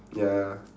ya